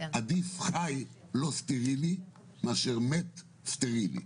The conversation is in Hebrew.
עדיף חי לא סטרילי מאשר מת סטרילי.